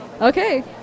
Okay